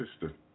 sister